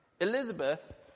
Elizabeth